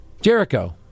Jericho